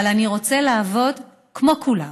אבל אני רוצה לעבוד כמו כולם.